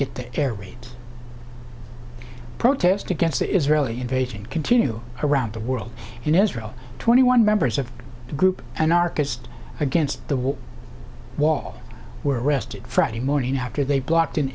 get to air raids protest against israeli invasion continue around the world in israel twenty one members of the group an archivist against the wall wall were arrested friday morning after they blocked